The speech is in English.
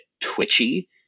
twitchy